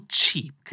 cheap